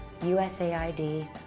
USAID